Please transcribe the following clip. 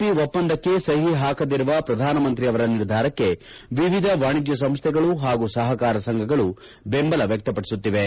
P ಒಪ್ಪಂದಕ್ಕೆ ಸಹಿ ಹಾಕದಿರುವ ಪ್ರಧಾನಮಂತ್ರಿ ಅವರ ನಿರ್ಧಾರಕ್ಕೆ ವಿವಿಧ ವಾಣಿಜ್ಯ ಸಂಸ್ದೆಗಳು ಹಾಗೂ ಸಹಕಾರಸಂಘಗಳು ಬೆಂಬಲ ವ್ಯಕ್ತಪಡಿಸುತ್ತಿವೆ